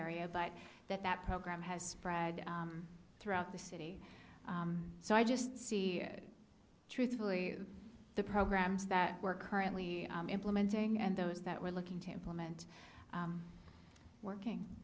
area but that that program has spread throughout the city so i just see truthfully the programs that were currently implementing and those that we're looking to implement working